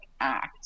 act